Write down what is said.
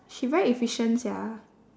she very efficient sia